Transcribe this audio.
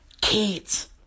kids